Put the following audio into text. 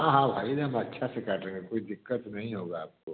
हाँ हाँ भाई हम एक दम अच्छा से काटेंगे कोई दिक्कत नहीं होगा आपको